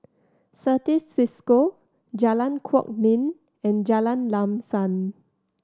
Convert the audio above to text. Certis Cisco Jalan Kwok Min and Jalan Lam Sam